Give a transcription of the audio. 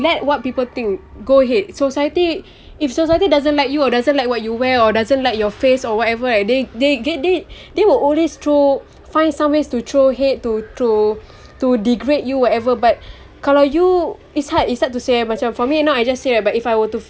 let what people think go ahead society if society doesn't like you or doesn't like what you wear or doesn't like your face or whatever right they they get did they will always throw find some ways to throw head to to to degrade you whatever but kalau you it's hard it's hard to say macam for me you know I just say but if I were to